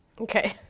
Okay